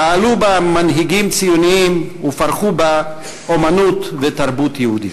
פעלו בה מנהיגים ציונים ופרחו בה אמנות ותרבות יהודית.